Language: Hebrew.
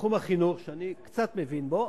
בתחום החינוך, שאני קצת מבין בו,